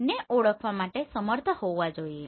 ને ઓળખવા માટે સમર્થ હોવા જોઈએ